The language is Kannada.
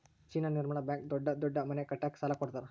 ಚೀನಾ ನಿರ್ಮಾಣ ಬ್ಯಾಂಕ್ ದೊಡ್ಡ ದೊಡ್ಡ ಮನೆ ಕಟ್ಟಕ ಸಾಲ ಕೋಡತರಾ